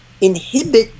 inhibit